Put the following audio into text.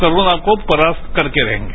corona का परास्त करके रहेंगे